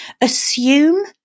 Assume